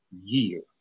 year